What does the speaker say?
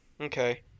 Okay